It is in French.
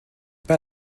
pas